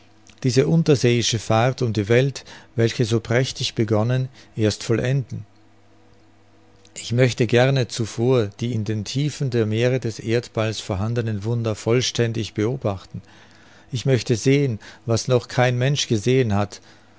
diese unterseeische fahrt um die welt welche so prächtig begonnen erst vollenden ich möchte gerne zuvor die in den tiefen der meere des erdballs vorhandenen wunder vollständig beobachten ich möchte sehen was noch kein mensch gesehen hat